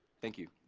thank you.